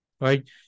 right